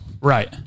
Right